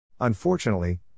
Unfortunately